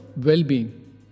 well-being